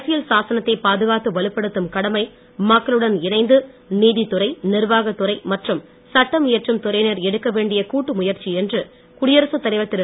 அரசியல் சாசனத்தை பாதுகாத்து வலுப்படுத்தும் கடமை மக்களுடன் இணைந்து நீதித் துறை நிர்வாகத் துறை மற்றும் சட்டம் இயற்றும் துறையினர் எடுக்க வேண்ழய கூட்டு முயற்சி என்று குடியரசுத் தலைவர் திரு